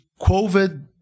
COVID